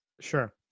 sure